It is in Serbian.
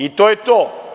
I to je to.